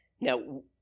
Now